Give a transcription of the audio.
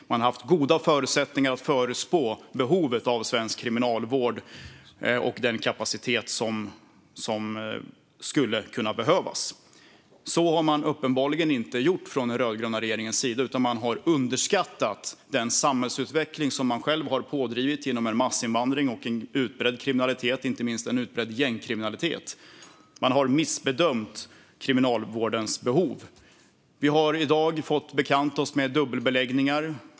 Man har haft goda förutsättningar att förutspå behovet av svensk kriminalvård och den kapacitet som skulle behövas. Men från den rödgröna regeringens sida har man underskattat den samhällsutveckling som man själv har pådrivit genom en massinvandring och en utbredd kriminalitet, särskilt en utbredd gängkriminalitet. Man har missbedömt Kriminalvårdens behov. Vi har i dag fått bekanta oss med dubbelbeläggningar.